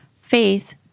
faith